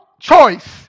choice